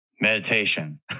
Meditation